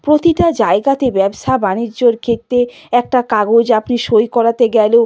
প্রতিটা জায়গাতে ব্যবসা বাণিজ্যর ক্ষেত্রে একটা কাগজ আপনি সই করাতে গেলেও